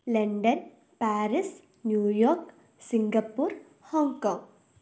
London Paris New York Singapore Hong Kong